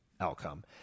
outcome